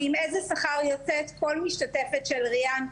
ואם איזה שכר יוצאת כל משתתפת של ריאן.